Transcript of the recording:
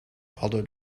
hadden